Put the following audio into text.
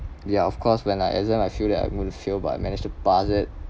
ya of course when I exam I feel that I'm going to fail but I managed to pass it